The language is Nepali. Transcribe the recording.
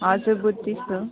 हजुर बुद्धिस्ट हो